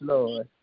Lord